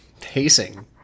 pacing